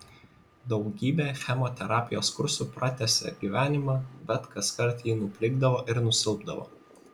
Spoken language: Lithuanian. daugybė chemoterapijos kursų pratęsė gyvenimą bet kaskart ji nuplikdavo ir nusilpdavo